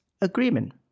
agreement